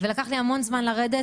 ולקח לי המון זמן לרדת,